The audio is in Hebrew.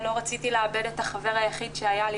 לא רציתי לאבד את החבר היחיד שהיה לי,